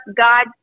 God